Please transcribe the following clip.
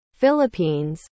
Philippines